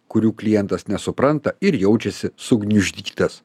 kurių klientas nesupranta ir jaučiasi sugniuždytas